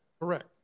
correct